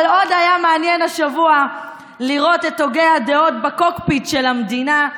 אבל עוד היה מעניין השבוע לראות את הוגי הדעות בקוקפיט של המדינה,